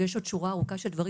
יש עוד שורה ארוכה של דברים.